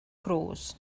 cruise